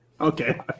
okay